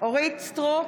אורית מלכה סטרוק,